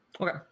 Okay